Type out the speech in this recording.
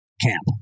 camp